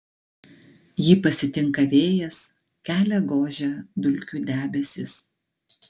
jį pasitinka vėjas kelią gožia dulkių debesys